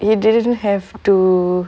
he didn't have to